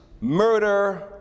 murder